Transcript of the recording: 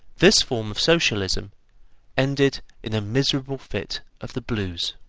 this form of socialism ended in a miserable fit of the blues.